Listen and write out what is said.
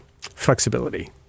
flexibility